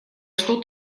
что